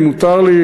אם מותר לי,